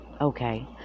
Okay